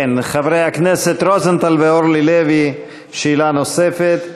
כן, חברי הכנסת רוזנטל ואורלי לוי, שאלה נוספת.